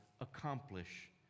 accomplish